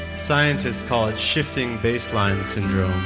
scientists call it shifting baseline syndrome.